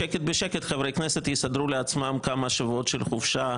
בשקט בשקט חברי כנסת יסדרו לעצמם כמה שבועות של חופשה,